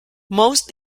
most